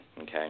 okay